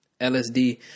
LSD